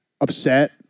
upset